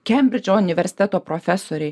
kembridžo universiteto profesoriai